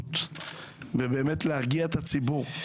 אחריות ולהרגיע את הציבור.